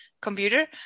computer